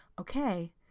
okay